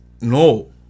no